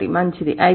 కాబట్టి మంచిది